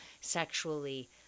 sexually